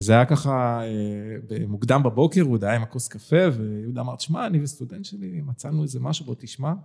זה היה ככה במוקדם בבוקר הוא היה עם הכוס קפה והוא אמר תשמע אני וסטודנט שלי מצאנו איזה משהו בוא תשמע